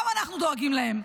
גם אנחנו דואגים להם.